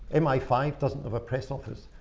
m i five doesn't have a press office.